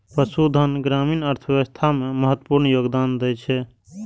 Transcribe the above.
पशुधन ग्रामीण अर्थव्यवस्था मे महत्वपूर्ण योगदान दै छै